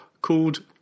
called